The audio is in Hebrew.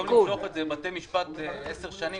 במקום למשוך את זה בבתי משפט עשר שנים